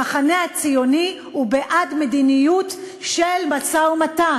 המחנה הציוני הוא בעד מדיניות של משא-ומתן.